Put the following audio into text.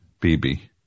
BB